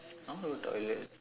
I want to go toilet